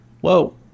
whoa